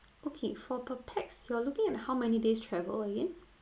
okay for per pax you are looking at how many days travel again